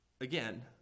Again